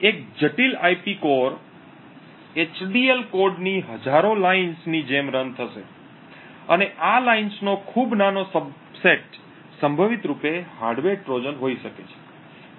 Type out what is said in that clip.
એક જટિલ IP coreઆઇપી કોર એચડીએલ કોડ ની હજારો લીટીઓ ની જેમ રન થશે અને આ લીટીઓ નો ખૂબ નાનો સબસેટ સંભવિત રૂપે હાર્ડવેર ટ્રોજન હોઈ શકે છે